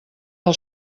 del